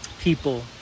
people